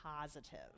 positive